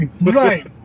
right